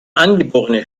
angeborene